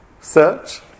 search